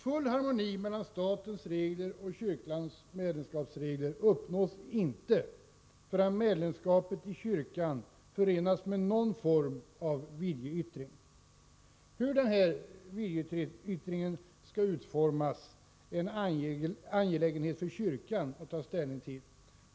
Full harmoni mellan statens regler och kyrkans medlemskapsregler uppnås inte förrän medlemskapet i kyrkan förenas med någon form av viljeyttring. Hur denna viljeyttring skall utformas är en angelägenhet för kyrkan att ta ställning till.